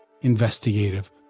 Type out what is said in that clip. investigative